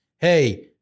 hey